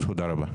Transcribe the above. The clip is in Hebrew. תודה רבה.